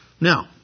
Now